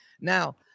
now